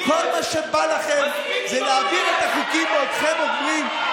מספיק עם ה-BDS.